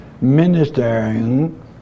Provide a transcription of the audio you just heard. ministering